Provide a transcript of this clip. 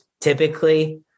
typically